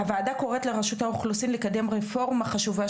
הוועדה קוראת לרשות האוכלוסין לקדם רפורמה חשובה,